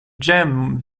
gem